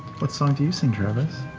what song do you sing, travis?